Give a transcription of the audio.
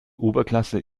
oberklasse